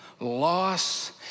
loss